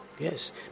yes